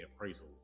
appraisal